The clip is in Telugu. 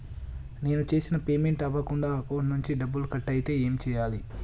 నేను చేసిన పేమెంట్ అవ్వకుండా అకౌంట్ నుంచి డబ్బులు కట్ అయితే ఏం చేయాలి?